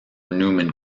neumann